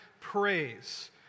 praise